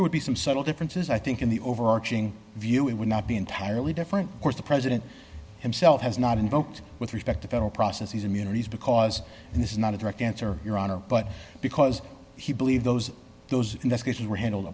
there would be some subtle differences i think in the overarching view it would not be entirely different course the president himself has not invoked with respect to federal process he's immunities because and this is not a direct answer your honor but because he believed those those investigations were handled